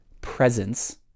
presence